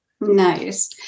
nice